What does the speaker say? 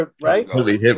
right